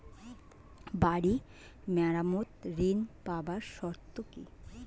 বাড়ি মেরামত ঋন পাবার শর্ত কি?